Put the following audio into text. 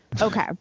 Okay